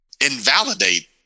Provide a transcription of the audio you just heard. invalidate